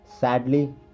Sadly